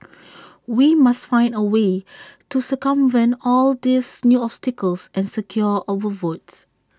we must find A way to circumvent all these new obstacles and secure our votes